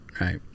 right